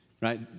right